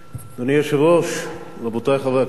אדוני היושב-ראש, רבותי חברי הכנסת,